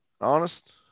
Honest